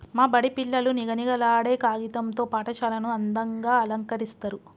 మా బడి పిల్లలు నిగనిగలాడే కాగితం తో పాఠశాలను అందంగ అలంకరిస్తరు